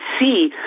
see